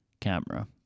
camera